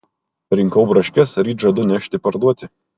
rinkau braškes ryt žadu nešti parduoti